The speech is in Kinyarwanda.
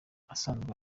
asanzwe